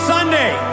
Sunday